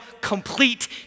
complete